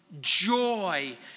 joy